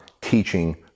teaching